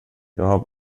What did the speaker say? jag